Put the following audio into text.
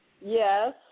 Yes